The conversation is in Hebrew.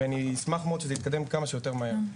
אני אשמח מאוד שזה התקדם כמה שיותר מהר.